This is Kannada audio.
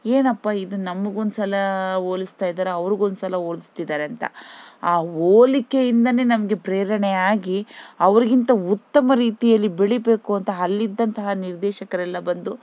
ಏನಪ್ಪಾ ಇದು ನಮ್ಗೊಂದ್ಸಲ ಹೋಲ್ಸ್ತಾ ಇದ್ದಾರೆ ಅವ್ರ್ಗೊಂದ್ಸಲ ಹೋಲ್ಸ್ತಿದ್ದಾರೆ ಅಂತ ಆ ಹೋಲಿಕೆಯಿಂದನೇ ನಮಗೆ ಪ್ರೇರಣೆ ಆಗಿ ಅವ್ರಿಗಿಂತ ಉತ್ತಮ ರೀತಿಯಲ್ಲಿ ಬೆಳಿಬೇಕು ಅಂತ ಅಲ್ಲಿದ್ದಂತಹ ನಿರ್ದೇಶಕರೆಲ್ಲ ಬಂದು